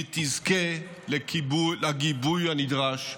והיא תזכה לגיבוי הנדרש,